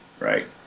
right